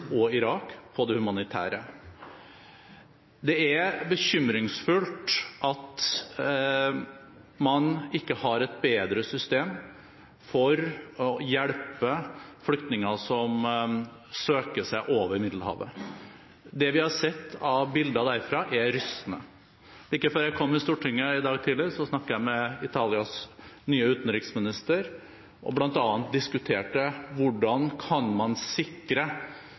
og Irak på det humanitære området. Det er bekymringsfullt at man ikke har et bedre system for å hjelpe flyktninger som søker seg over Middelhavet. Det vi har sett av bilder derfra, er rystende. Like før jeg kom til Stortinget i dag tidlig, snakket jeg med Italias nye utenriksminister og diskuterte bl.a. hvordan man kan sikre